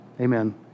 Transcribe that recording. Amen